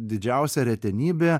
didžiausia retenybė